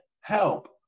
help